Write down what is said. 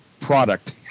product